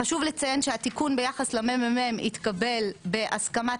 חשוב לציין שהתיקון ביחס למ.מ.מ התקבל בהסכמת